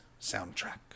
soundtrack